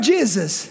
Jesus